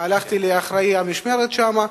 הלכתי לאחראי המשמרת שם,